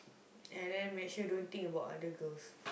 and then make sure don't think about other girls